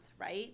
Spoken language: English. right